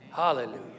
Hallelujah